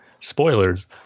Spoilers